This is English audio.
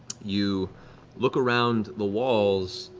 you look around the walls.